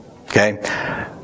Okay